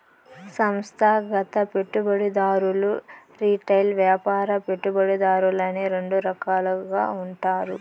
సంస్థాగత పెట్టుబడిదారులు రిటైల్ వ్యాపార పెట్టుబడిదారులని రెండు రకాలుగా ఉంటారు